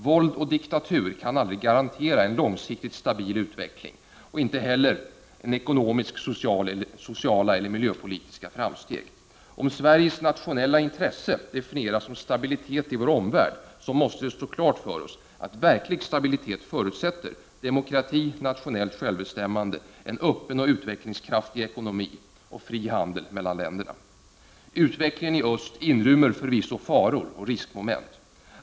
Våld och diktatur kan aldrig garantera en långsiktigt stabil utveckling och inte heller ekonomiska, sociala eller miljöpolitiska framsteg. Om Sveriges nationella intressen definieras som stabilitet i vår omvärld måste det stå klart för oss att verklig stabilitet förutsätter demokrati, natio nellt självbestämmande, en öppen och utvecklingskraftig ekonomi samt fri handel mellan länder. Utvecklingen i öst inrymmer förvisso faror och riskmoment.